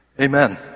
Amen